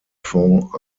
fond